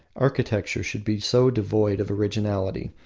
architecture should be so devoid of originality,